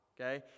Okay